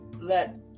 let